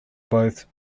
both